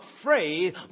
afraid